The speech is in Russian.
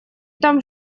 там